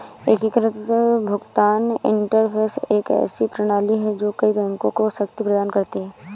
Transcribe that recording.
एकीकृत भुगतान इंटरफ़ेस एक ऐसी प्रणाली है जो कई बैंकों को शक्ति प्रदान करती है